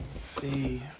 see